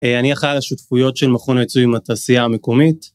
אני אחראי השותפויות של מכון הייצוא עם התעשייה המקומית.